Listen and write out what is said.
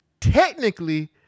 Technically